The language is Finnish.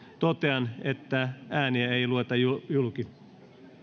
totean että ääniä ei lueta julki